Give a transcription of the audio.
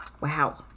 Wow